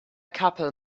couple